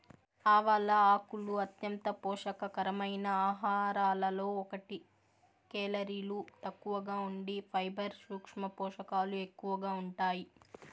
ఆవాల ఆకులు అంత్యంత పోషక కరమైన ఆహారాలలో ఒకటి, కేలరీలు తక్కువగా ఉండి ఫైబర్, సూక్ష్మ పోషకాలు ఎక్కువగా ఉంటాయి